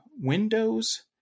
Windows